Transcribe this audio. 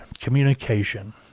communication